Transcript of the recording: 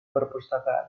perpustakaan